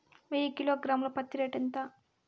వెయ్యి కిలోగ్రాము ల పత్తి రేటు ఎంత?